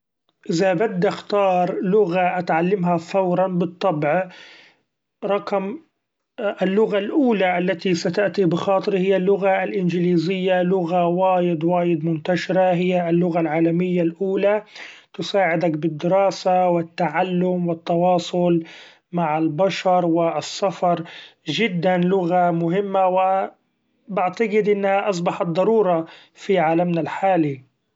إذا بدي اختار لغة اتعلمها فورا بالطبع رقم اللغة الأولي التي ستأتي بخاطري هي اللغة الإنجليزية ؛ لغة وايد وايد منتشرة هي اللغة العالمية الأولي تساعدك بالدراسة و التعلم و التواصل مع البشر و السفر ، جدا لغة مهمة و بعتقد انها أصبحت ضرورة في عالمنا الحالي.